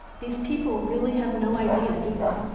these people really have no idea, do they?